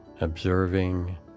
observing